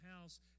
house